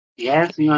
Yes